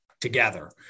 together